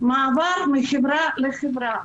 מעבר מחברה לחברה.